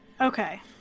Okay